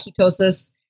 ketosis